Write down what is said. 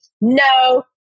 no